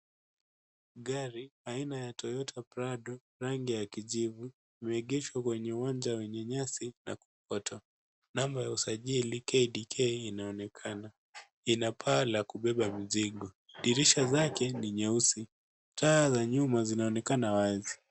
Gari aina ya Toyota Prado, rangi ya kijivu, imeegeshwa kwa uwanja wenye nyasi na kokoto. Namba ya usajili KDK inaonekana. Ina paa la kubeba mzigo. Dirisha zake ni nyeusi. Taa za nyuma zinaonekana wazi.